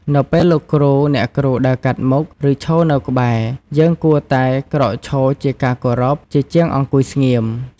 នៅពេលលោកគ្រូ អ្នកគ្រូដើរកាត់មុខ ឬឈរនៅក្បែរ យើងគួរតែ ក្រោកឈរជាការគោរព ជាជាងអង្គុយស្ងៀម។